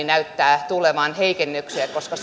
näyttää tulevan heikennyksiä koska